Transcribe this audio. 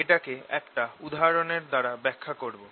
এটাকে একটা উদাহরণের দ্বারা ব্যাখ্যা করব